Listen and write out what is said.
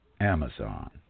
Amazon